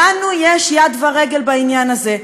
לנו יש יד ורגל בעניין הזה,